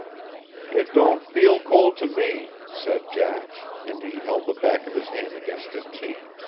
it don't feel cold to me, said jack, and he held the back of his hand against his cheek.